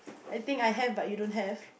I think I have but you don't have